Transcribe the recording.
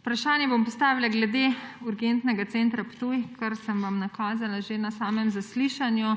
Vprašanje bom postavila glede urgentnega centra Ptuj, kar sem vam nakazala že na samem zaslišanju,